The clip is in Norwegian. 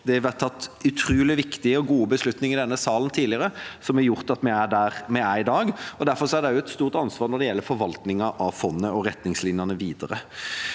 Det har vært tatt utrolig viktige og gode beslutninger i denne salen tidligere som har gjort at vi er der vi er i dag, og derfor er det også et stort ansvar når det gjelder forvaltningen av fondet og retningslinjene videre.